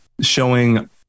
showing